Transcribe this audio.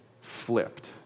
flipped